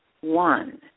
one